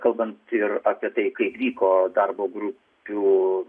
kalbant ir apie tai kaip vyko darbo grupių